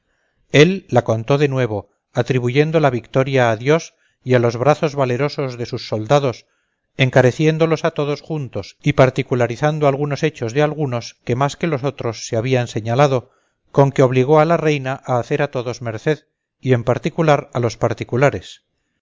él la contó de nuevo atribuyendo la victoria a dios y a los brazos valerosos de sus soldados encareciéndolos a todos juntos y particularizando algunos hechos de algunos que más que los otros se habían señalado con que obligó a la reina a hacer a todos merced y en particular a los particulares